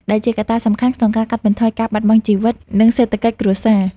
ដែលជាកត្តាសំខាន់ក្នុងការកាត់បន្ថយការបាត់បង់ជីវិត និងសេដ្ឋកិច្ចគ្រួសារ។